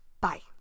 Bye